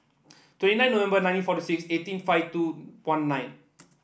twenty nine November nineteen forty seven eighteen five two one nine